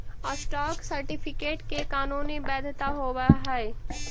stock certificate के कानूनी वैधता होवऽ हइ